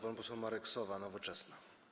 Pan poseł Marek Sowa, Nowoczesna.